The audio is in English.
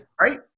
Right